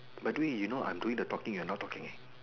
by the way you know I'm doing the talking you're not talking eh